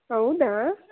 ಹೌದಾ